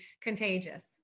contagious